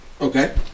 Okay